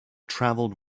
travelled